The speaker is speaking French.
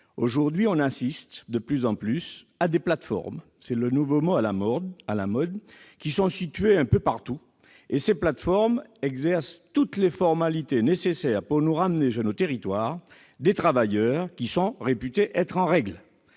Aujourd'hui, on recourt de plus en plus à des plateformes- c'est le nouveau mot à la mode -, qui sont situées un peu partout, et qui effectuent toutes les formalités nécessaires pour amener dans nos territoires des travailleurs qui sont réputés en règle.